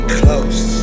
close